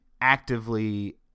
actively